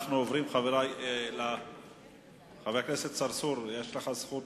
חבר הכנסת צרצור, יש לך זכות,